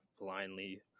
blindly